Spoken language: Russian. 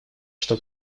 что